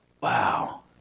Wow